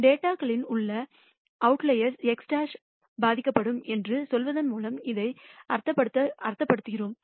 டேட்டாகளில் உள்ள அவுட்லயர்ஸ்களால் x̅ பாதிக்கப்படும் என்று சொல்வதன் மூலம் இதை அர்த்தப்படுத்துகிறோம்